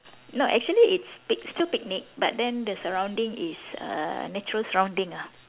no actually it's pic~ still picnic but then the surrounding is err natural surrounding ah